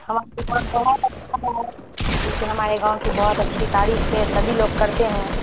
جوکہ ہمارے گاؤں کی بہت اچھی تعریف ہے سبھی لوگ کرتے ہیں